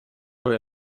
our